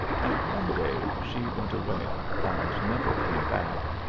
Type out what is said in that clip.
and one day she went away and never came back,